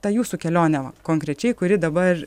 tą jūsų kelionę konkrečiai kuri dabar